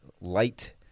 light